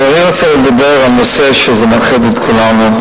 אבל אני רוצה לדבר על נושא שמאחד את כולנו,